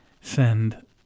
send